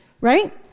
Right